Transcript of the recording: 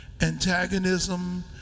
Antagonism